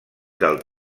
del